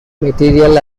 material